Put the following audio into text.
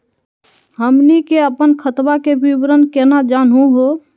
हमनी के अपन खतवा के विवरण केना जानहु हो?